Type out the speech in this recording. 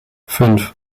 fünf